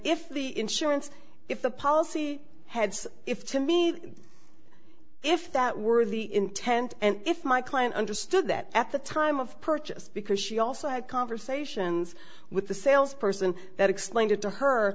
if the insurance if the policy heads if to me if that were the intent and if my client understood that at the time of purchase because she also had conversations with the salesperson that explained it to her